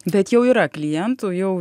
bet jau yra klientų jau